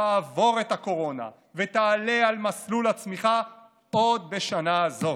תעבור את הקורונה ותעלה על מסלול הצמיחה עוד בשנה זו.